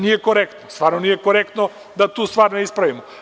Nije korektno, stvarno nije korektno da tu stvar ne ispravimo.